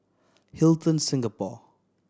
Hilton Singapore